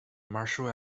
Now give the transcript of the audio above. marshal